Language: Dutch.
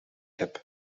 heb